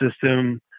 System